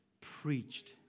preached